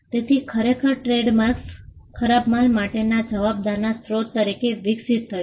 તેથી ખરેખર ટ્રેડમાર્ક્સ ખરાબ માલ માટેના જવાબદારના સ્ત્રોત તરીકે વિકસિત થયું